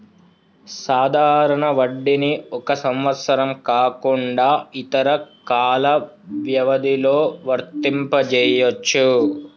సాధారణ వడ్డీని ఒక సంవత్సరం కాకుండా ఇతర కాల వ్యవధిలో వర్తింపజెయ్యొచ్చు